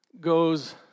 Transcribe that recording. goes